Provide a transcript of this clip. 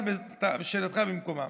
אבל שאלתך במקומה.